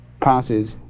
passes